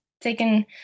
taken